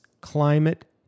climate